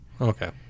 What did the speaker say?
okay